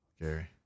Gary